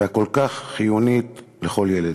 והכל-כך חיונית לכל ילד.